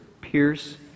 pierce